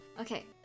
Okay